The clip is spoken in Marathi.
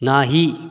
नाही